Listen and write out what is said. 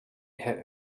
had